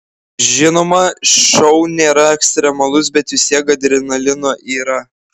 žinoma šou nėra ekstremalus bet vis tiek adrenalino yra